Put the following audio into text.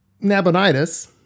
Nabonidus